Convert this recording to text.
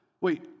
wait